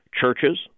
churches